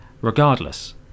regardless